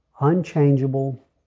unchangeable